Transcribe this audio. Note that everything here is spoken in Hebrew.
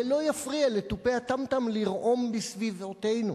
זה לא יפריע לתופי הטם-טם לרעום בסביבותינו.